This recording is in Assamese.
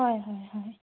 হয় হয় হয়